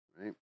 right